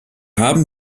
haben